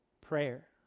prayer